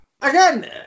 Again